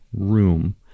room